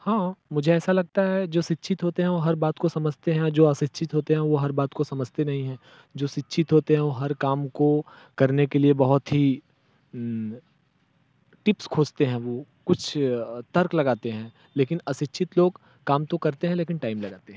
हाँ मुझे ऐसा लगता है जो शिक्षित होते हैं वो हर बात को समझते हैं आ जो अशिक्षित होते हैं वो हर बात को समझते नहीं हैं जो शिक्षित होते हैं वो हर काम को करने के लिए बहुत ही टीप्स खोजते हैं वो कुछ तर्क लगाते हैं लेकिन अशिक्षित लोग काम तो करते हैं लेकिन टाइम लगाते हैं